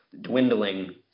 dwindling